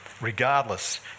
regardless